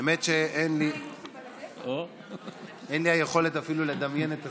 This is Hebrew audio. האמת היא שאין לי היכולת אפילו לדמיין את הסיטואציה.